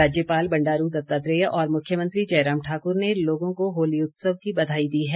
राज्यपाल बंडारू दत्तात्रेय और मुख्यमंत्री जयराम ठाकुर ने लोगों को होली उत्सव की बधाई दी है